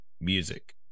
music